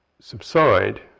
subside